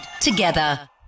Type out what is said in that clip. together